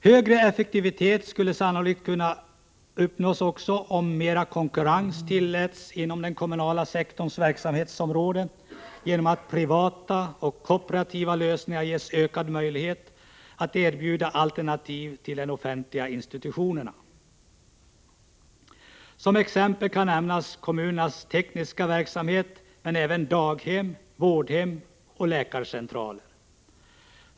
Högre effektivitet skulle sannolikt kunna uppnås också om mer konkurrens tillåts inom den kommunala sektorns verksamhetsområde genom att privata och kooperativa lösningar ges ökad möjlighet att erbjuda alternativ till de offentliga institutionerna. Som exempel kan nämnas kommunernas tekniska verksamhet men även daghem, vårdhem och läkarcentraler.